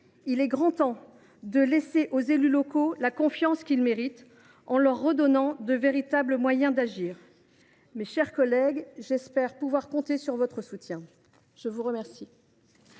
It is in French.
Il est grand temps d’accorder aux élus locaux la confiance qu’ils méritent, en leur redonnant de véritables moyens d’agir. Mes chers collègues, j’espère pouvoir compter sur votre soutien. La parole